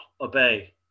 obey